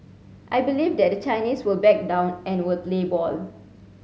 I believe that the Chinese will back down and will play ball